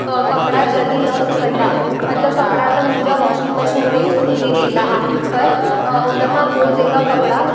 कपिड़ा जल्दी न सुखंदा आहिनि अधु कपिड़ा त मुंहिंजा वॉशिंग मशीन में ई सुखिजी वेंदा आहिनि पर पर उन खां पोइ जेका कपिड़ा